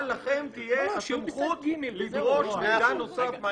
אבל לכם תהיה הסמכות לדרוש מידע נוסף.